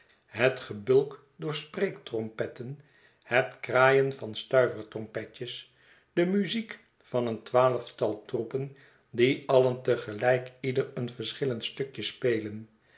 het gebulk door spreektrompetten het kraaien van stuiverstrompetjes de muziek van een twaalftal troepen die alien te gelijk ieder een verschillend stukje spelen